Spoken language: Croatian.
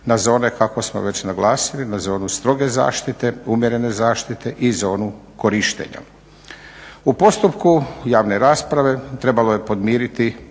na zone kako smo već naglasili, na zone stroge zaštite, umjerene zaštite i zonu korištenja. U postupku javne rasprave trebalo je podmiriti